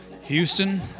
Houston